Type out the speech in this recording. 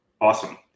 awesome